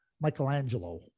Michelangelo